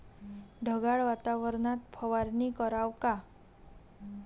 ढगाळ वातावरनात फवारनी कराव का?